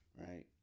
right